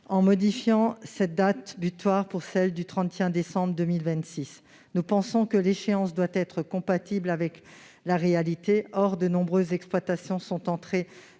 en modifiant la date butoir pour choisir le 31 décembre 2026. Nous pensons que l'échéance doit être compatible avec la réalité ; or de nombreuses exploitations sont entrées